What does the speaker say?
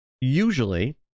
usually